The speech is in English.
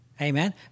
Amen